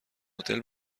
هتل